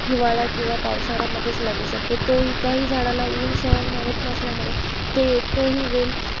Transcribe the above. हिवाळा किंवा पावसाळ्यामध्येच लागू शकतो तोही त्याही झाडाला ऊन सहन होत नसल्यामुळे ते तोही वेल